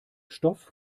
stoff